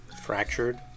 Fractured